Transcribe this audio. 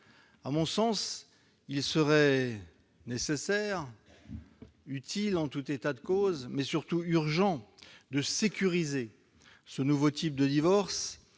À mon sens, il serait nécessaire- utile, en tout état de cause -, mais surtout urgent de sécuriser ce nouveau type de divorce